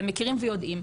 והם מכירים ויודעים,